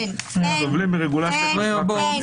אין.